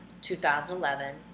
2011